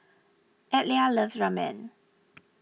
Adlai loves Ramen